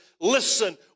listen